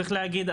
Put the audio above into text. צריך להגיד,